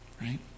right